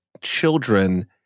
children